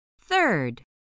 Third